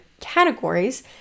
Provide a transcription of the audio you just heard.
categories